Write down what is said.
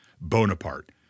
Bonaparte